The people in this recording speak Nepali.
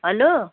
हेलो